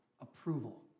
approval